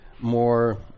more